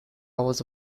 was